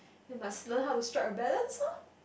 they must learn how to strike a balance loh